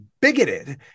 Bigoted